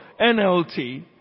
NLT